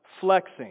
flexing